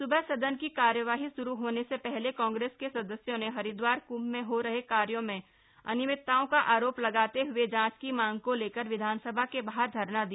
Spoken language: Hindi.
स्बह सदन की कार्यवाही श्रू होने से पहले कांग्रेस के सदस्यों ने हरिदवार कृंभ में हो रहे कार्यों में अनियमितताओं का आरोप लगाते हुए जांच की मांग को लेकर विधानभवन के बाहर धरना दिया